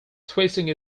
twisting